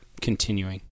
continuing